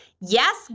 Yes